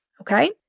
okay